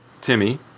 Timmy